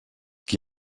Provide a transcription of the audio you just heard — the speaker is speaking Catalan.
qui